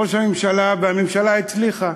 ראש הממשלה, והממשלה הצליחה.